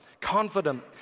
confident